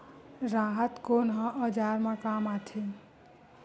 राहत कोन ह औजार मा काम आथे?